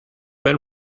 been